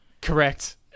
correct